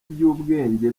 by’ubwenge